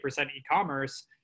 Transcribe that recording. e-commerce